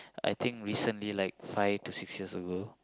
I think recently like five to six years ago